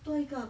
多一个